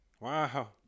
wow